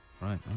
Right